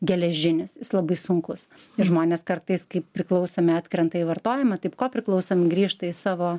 geležinis ljis abai sunkus žmonės kartais kaip priklausomi atkrenta į vartojimą tai kopriklausomi griežtai į savo